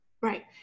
Right